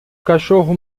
cachorro